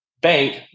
bank